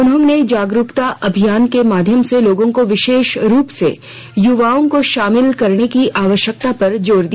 उन्होंने जागरूकता अभियान के माध्यम से लोगों विशेष रूप से युवाओं को शामिल करने की आवश्यकता पर जोर दिया